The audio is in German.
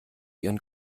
ihren